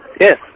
Yes